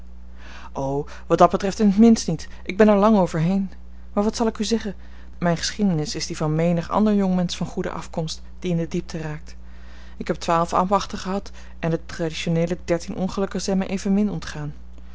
o wat dat betreft in t minst niet ik ben er lang over heen maar wat zal ik u zeggen mijne geschiedenis is die van menig ander jongmensch van goede afkomst die in de diepte raakt ik heb twaalf ambachten gehad en de traditioneele dertien ongelukken zijn mij evenmin ontgaan